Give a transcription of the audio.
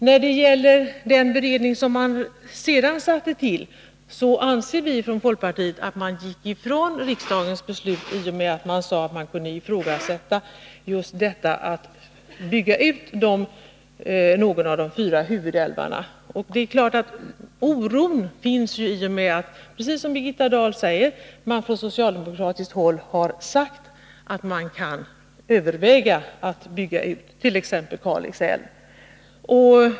När det gäller den beredning som därefter har tillsatts anser vi i folkpartiet att man går ifrån riksdagens beslut om man i samband med den överväger att bygga ut någon av de fyra huvudälvarna. Det är klart att det uppstår oro när man, precis som Birgitta Dahl nu gjorde, från socialdemokratiskt håll säger att man kan överväga att bygga ut någon av de hittills undantagna älvarna, t.ex. Kalix älv.